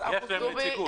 הם חברים ויש להם נציגות.